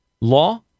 law